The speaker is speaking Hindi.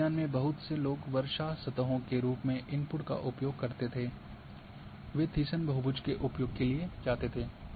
जल विज्ञान में बहुत से लोग वर्षा सतहों के रूप में इनपुट का उपयोग करते थे वे थिसन बहुभुज के उपयोग के लिए जाते थे